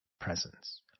presence